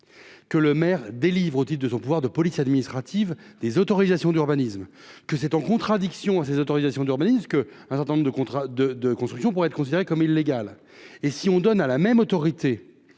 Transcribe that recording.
que le maire délivre audits de son pouvoir de police administrative des autorisations d'urbanisme que c'est en contradiction à ces autorisations d'urbanisme, ce que un certain nombre de contrats de de construction pourrait être considéré comme illégal et si on donne à la même autorité